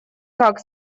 как